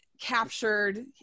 captured